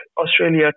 Australia